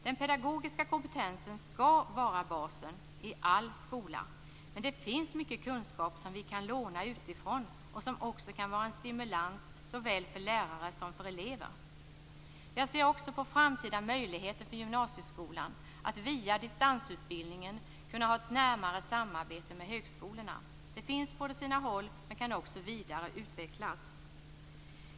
Den pedagogiska kompetensen skall vara basen i all skola, men det finns mycket kunskap som vi kan låna utifrån och som också kan vara en stimulans såväl för lärare som för elever. Jag ser också framtida möjligheter för gymnasieskolan att via distansutbildningen ha ett närmare samarbete med högskolorna. Detta finns på sina håll men kan utvecklas vidare.